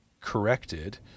corrected